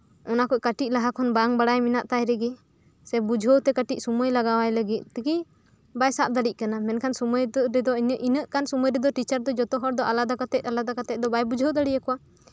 ᱚᱱᱟ ᱠᱚ ᱠᱟᱹᱴᱤᱡ ᱞᱟᱦᱟ ᱠᱷᱚᱱ ᱵᱟᱝ ᱵᱟᱲᱟᱭ ᱢᱮᱱᱟᱜ ᱛᱟᱭ ᱨᱮᱜᱮ ᱥᱮ ᱵᱩᱡᱷᱟᱹᱣ ᱛᱮ ᱠᱟᱹᱴᱤᱡ ᱥᱚᱢᱚᱭ ᱞᱟᱜᱟᱣ ᱟᱭ ᱞᱟᱹᱜᱤᱫ ᱛᱮᱜᱮ ᱵᱟᱭ ᱥᱟᱵ ᱦᱚᱫ ᱫᱟᱲᱮᱭᱟᱜ ᱠᱟᱱᱟ ᱢᱮᱱᱠᱷᱟᱱ ᱩᱱᱟᱹᱜ ᱜᱟᱱ ᱥᱚᱢᱚᱭ ᱨᱮᱫᱚ ᱴᱤᱪᱟᱨ ᱡᱚᱛᱚ ᱦᱚᱲ ᱫᱚ ᱟᱞᱟᱫᱟ ᱠᱟᱛᱮᱫ ᱟᱞᱟᱫᱟ ᱠᱟᱛᱮᱫ ᱵᱟᱭ ᱵᱩᱡᱷᱟᱹᱣ ᱫᱟᱲᱮᱭᱟ ᱠᱚᱣᱟ